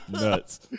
Nuts